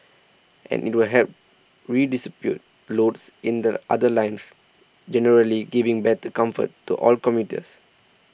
and it will help redistribute loads in the other lines generally giving better comfort to all commuters